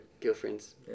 Girlfriend's